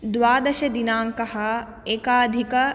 द्वादशदिनाङ्कः एकाधिक